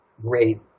great